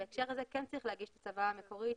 בהקשר הזה כן צריך להגיש את הצוואה המקורית